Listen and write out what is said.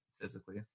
physically